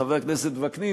חבר הכנסת וקנין,